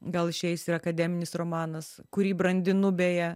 gal išeis ir akademinis romanas kurį brandinu beje